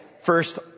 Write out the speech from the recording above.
first